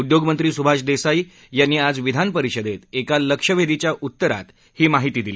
उद्योगमंत्री सुभाष देसाई यांनी आज विधानपरिषदेत एका लक्षवेधीच्या उत्तरात ही माहिती दिली